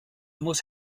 muss